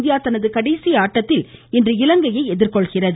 India தனது கடைசி ஆட்டத்தில் இன்று இலங்கையை எதிர்கொள்கிறது